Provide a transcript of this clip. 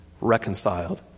reconciled